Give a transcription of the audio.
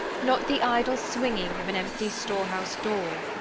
not the idle swinging of an empty store-house door,